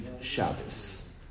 Shabbos